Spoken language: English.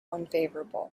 unfavorable